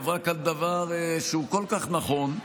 היא אמרה כאן דבר שהוא כל כך נכון,